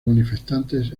manifestantes